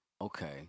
Okay